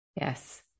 Yes